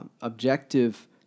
objective